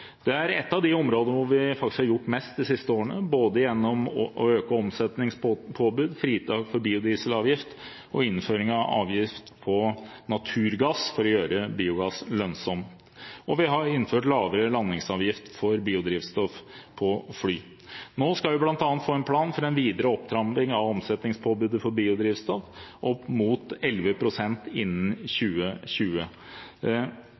Det er et av de områdene der vi har gjort mest de siste årene, både gjennom å øke omsetningspåbudet, fritak for biodieselavgift og innføring av avgift på naturgass for å gjøre biogass lønnsom. Vi har også innført lavere landingsavgift for biodrivstoff på fly. Nå skal vi bl.a. få en plan for en videre opptrapping av omsetningspåbudet for biodrivstoff opp mot 11 pst. innen